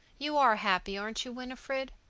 you are happy, aren't you winifred?